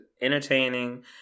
entertaining